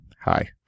hi